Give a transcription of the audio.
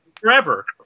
forever